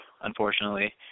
unfortunately